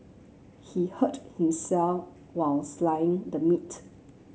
he hurt himself while the meat